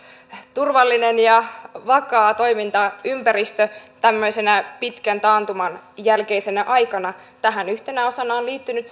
turvallinen ja vakaa toimintaympäristö tämmöisenä pitkän taantuman jälkeisenä aikana tähän yhtenä osana on liittynyt